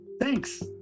thanks